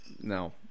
no